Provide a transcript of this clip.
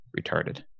retarded